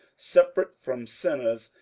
separate from sinners,